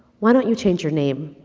why don't you change your name?